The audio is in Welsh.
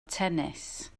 tennis